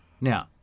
Now